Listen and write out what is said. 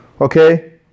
Okay